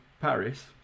Paris